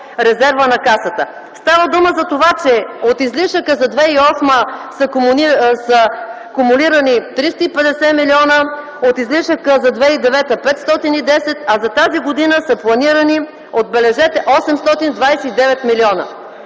резерва на Касата. Става дума за това, че от излишъка за 2008 г. са кумулирани 350 милиона, от излишъка за 2009 г. – 510 милиона, а за тази година са планирани, отбележете, 829 милиона.